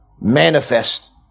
manifest